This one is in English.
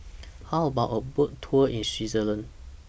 How about A Boat Tour in Switzerland